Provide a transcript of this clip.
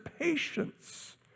patience